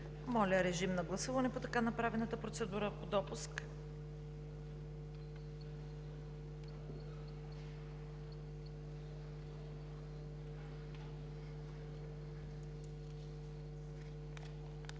Моля, режим на гласуване по така направената процедура по допуск.